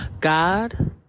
God